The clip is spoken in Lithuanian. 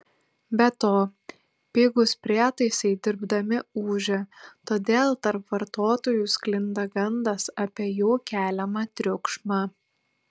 be to pigūs prietaisai dirbdami ūžia todėl tarp vartotojų sklinda gandas apie jų keliamą triukšmą